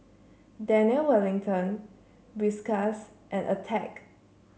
Daniel Wellington Whiskas and Attack